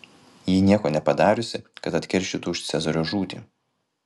ji nieko nepadariusi kad atkeršytų už cezario žūtį